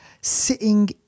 sitting